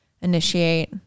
initiate